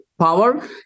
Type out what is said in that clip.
Power